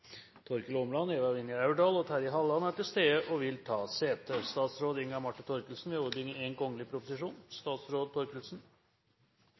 Eva Vinje Aurdal og Terje Halleland er til stede og vil ta sete.